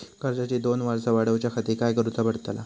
कर्जाची दोन वर्सा वाढवच्याखाती काय करुचा पडताला?